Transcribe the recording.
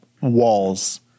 walls